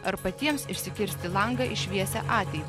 ar patiems išsikirsti langą į šviesią ateitį